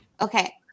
Okay